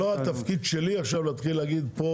זה לא התפקיד שלי עכשיו להתחיל להגיד פה